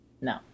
No